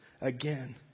again